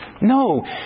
No